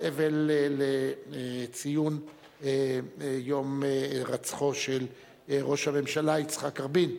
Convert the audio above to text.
אבל לציון יום הירצחו של ראש הממשלה יצחק רבין,